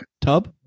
tub